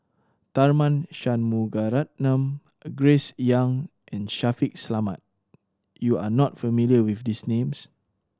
Tharman Shanmugaratnam Grace Young and Shaffiq Selamat you are not familiar with these names